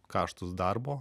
kaštus darbo